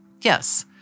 Yes